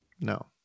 No